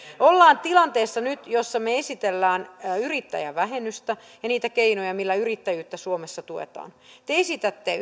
ollaan tilanteessa jossa me esittelemme yrittäjävähennystä ja niitä keinoja millä yrittäjyyttä suomessa tuetaan te esitätte